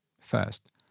First